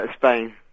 Spain